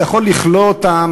אתה יכול לכלוא אותם,